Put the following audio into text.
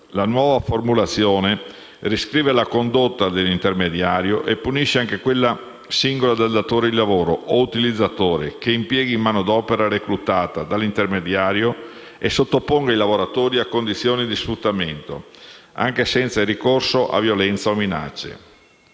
La nuova formulazione riscrive la condotta dell'intermediario e punisce anche quella singola del datore di lavoro o utilizzatore, che impieghi manodopera reclutata dall'intermediario e sottoponga i lavoratori a condizioni di sfruttamento, anche senza il ricorso a violenza o minacce.